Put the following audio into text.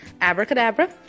Abracadabra